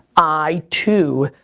i too,